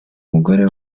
umugore